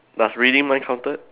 does reading mind counted